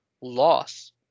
loss